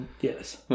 Yes